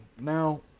Now